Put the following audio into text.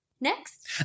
Next